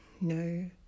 no